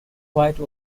white